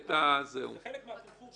זה חלק מהתמחור,